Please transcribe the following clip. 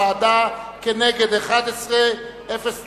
מוועדת החוץ והביטחון לוועדת החוקה,